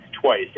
twice